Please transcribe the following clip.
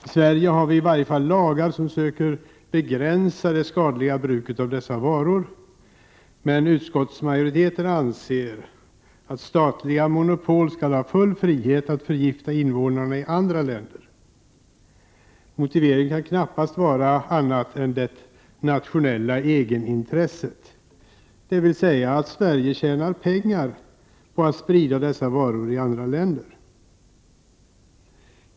I Sverige har vi i varje fall lagar som söker begränsa det skadliga bruket av dessa varor, men utskottsmajoriteten anser att statliga monopol skall ha full frihet att förgifta invånarna i andra länder. Motiveringen kan knappast vara annat än det ”nationella egenintresset”, dvs. att Sverige tjänar pengar på att sprida dessa varor i andra länder.